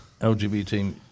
LGBT